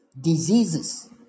diseases